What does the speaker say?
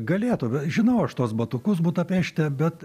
galėtų žinau aš tuos batukus budapešte bet